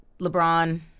LeBron